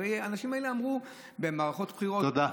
הרי האנשים האלה אמרו במערכות בחירות תודה.